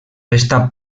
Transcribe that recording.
resta